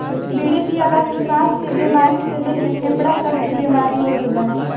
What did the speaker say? बीड़ी पियला से साँस के बेमारी से लेके फेफड़ा तक के बीमारी होत बा